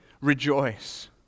rejoice